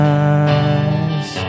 eyes